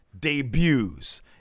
Debuts